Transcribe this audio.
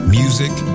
music